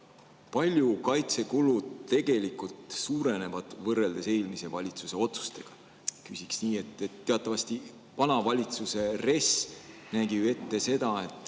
palju kaitsekulud tegelikult suurenevad võrreldes eelmise valitsuse otsustega? Küsiksin nii. Teatavasti nägi vana valitsuse RES ju ette seda, et